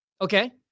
okay